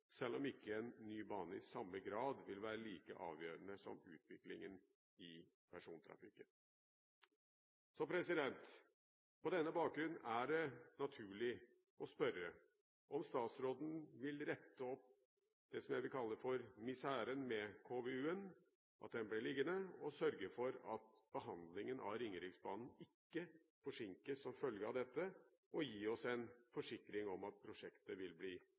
selv om ikke en ny bane i samme grad vil være like avgjørende som utviklingen i persontrafikken. På denne bakgrunn er det naturlig å spørre om statsråden vil rette opp det jeg vil kalle miseren med at KVU-en ble liggende, og sørge for at behandlingen av Ringeriksbanen ikke forsinkes som følge av dette, og gi oss en forsikring om at prosjektet vil bli